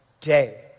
day